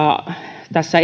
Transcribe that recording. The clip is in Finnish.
tässä